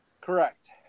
Correct